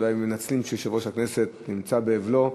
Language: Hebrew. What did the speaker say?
אולי הם מנצלים את זה שיושב-ראש הכנסת נמצא באבלו,